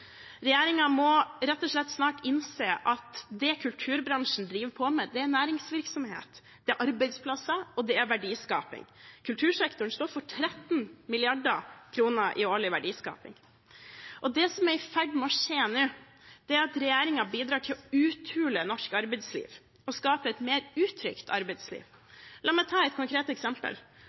må rett og slett snart innse at det kulturbransjen driver på med, er næringsvirksomhet, det er arbeidsplasser, og det er verdiskaping. Kultursektoren står for 13 mrd. kr i årlig verdiskaping. Det som er i ferd med å skje nå, er at regjeringen bidrar til å uthule norsk arbeidsliv og skape et mer utrygt arbeidsliv. La meg ta et konkret eksempel: